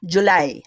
July